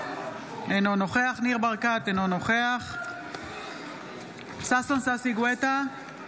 אינו נוכח ניר ברקת, אינו נוכח ששון ששי גואטה,